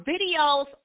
videos